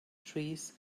trees